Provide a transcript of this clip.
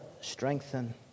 strengthen